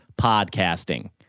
podcasting